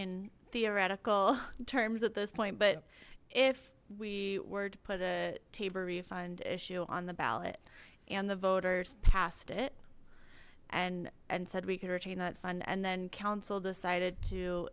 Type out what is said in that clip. in theoretical terms at this point but if we were to put a table refund issue on the ballot and the voters passed it and and said we could retain that fund and then council decided to